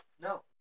No